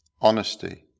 Honesty